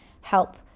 help